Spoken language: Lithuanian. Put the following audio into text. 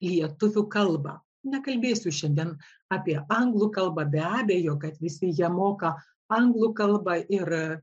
lietuvių kalbą nekalbėsiu šiandien apie anglų kalbą be abejo kad visi ją moka anglų kalbą ir